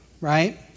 right